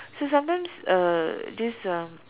so sometimes uh this uh